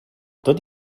tot